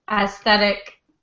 aesthetic